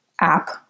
app